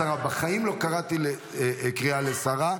השרה, בחיים לא קראתי קריאה לשרה,